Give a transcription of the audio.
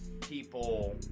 people